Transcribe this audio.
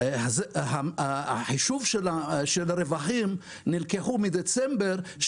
שהחישוב של הרווחים נלקח מדצמבר,